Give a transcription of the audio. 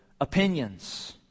opinions